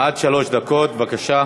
עד שלוש דקות, בבקשה.